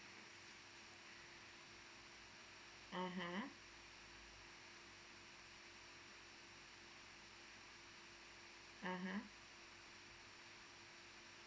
(uh huh) (uh huh)